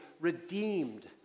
redeemed